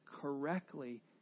correctly